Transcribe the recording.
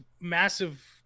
massive